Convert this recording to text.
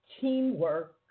teamwork